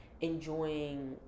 enjoying